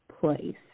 place